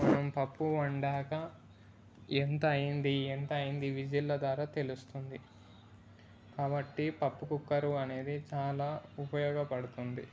మనం పప్పు వండాక ఎంత అయ్యింది ఎంత అయ్యింది విజిల్ ద్వారా తెలుస్తుంది కాబట్టి పప్పు కుక్కర్ అనేది చాలా ఉపయోగపడుతుంది